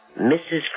Mrs